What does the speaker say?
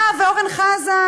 אה, ואורן חזן.